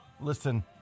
Listen